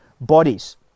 bodies